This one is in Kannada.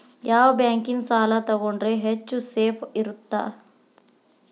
ಯಾವ ಬ್ಯಾಂಕಿನ ಸಾಲ ತಗೊಂಡ್ರೆ ಹೆಚ್ಚು ಸೇಫ್ ಇರುತ್ತಾ?